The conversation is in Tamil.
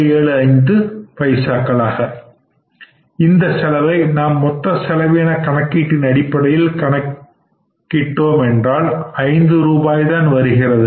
இதே செலவை நாம் மொத்த செலவின கணக்கீட்டின் அடிப்படையில் கணக்கிடும் என்றால் ஐந்து ரூபாய் வருகின்றது